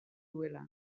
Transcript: duela